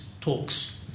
talks